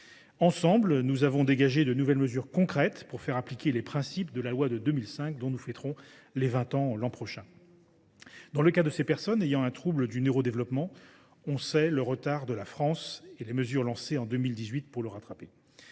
Ensemble, nous avons dégagé de nouvelles mesures concrètes pour faire appliquer les principes de la loi de 2005, dont nous fêterons les vingt ans l’an prochain. Dans le cas des personnes ayant un trouble du neurodéveloppement, on sait le retard de la France et les mesures lancées en 2018 pour le rattraper.